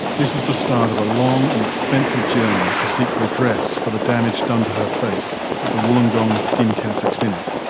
this was the start of a long and expensive journey to seek redress for the damage done to her face at the wollongong skin cancer clinic.